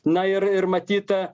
na ir ir matyt